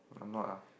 I'm not ah